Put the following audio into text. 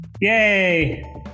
Yay